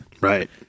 Right